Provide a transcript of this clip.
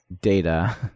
data